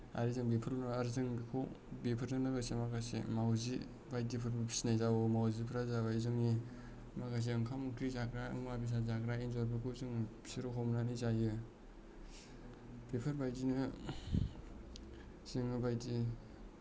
आरो जों बेफोर आरो जों बेखौ बेफोरजों लोगोसे माखासे माउजि बायदिफोरखौ फिसिनाय जाबावो माउजिफोरा जाबाय जोंनि माखासे ओंखाम ओंख्रि जाग्रा मुवा बेसाद जाग्रा एन्जरफोरखौ जों बिसोर हमनानै जायो बेफोरबायदिनो जोङो बायदि